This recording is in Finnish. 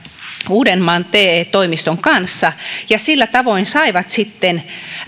uudenmaan te toimiston kanssa ja sillä tavoin saivat sitten